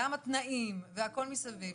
גם התנאים והכול מסביב,